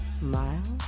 Miles